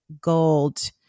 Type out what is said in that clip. gold